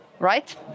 Right